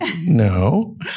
no